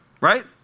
right